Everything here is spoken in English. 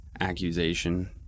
accusation